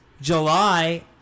July